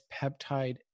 peptide